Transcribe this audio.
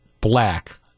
black